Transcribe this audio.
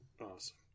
Awesome